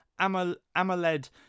AMOLED